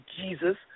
Jesus